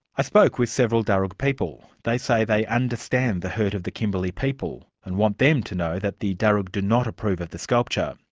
i spoke with several darug people. they say they understand the hurt of the kimberley people and want them to know that the darug do not approve of the sculpture.